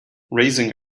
raising